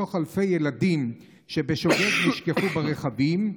ומתוך אלפי ילדים שנשכחו ברכבים בשוגג,